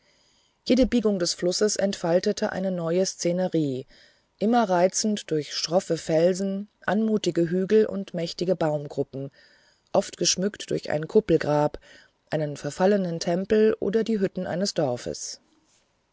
jede biegung des flusses entfaltete eine neue szenerie immer reizend durch schroffe felsen anmutige hügel und mächtige baumgruppen oft geschmückt durch ein kuppelgrab einen verfallenen tempel oder die hütten eines dorfes